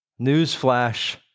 Newsflash